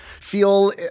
feel